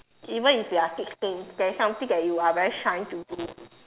even if you're thinking there is something that you are very shy to do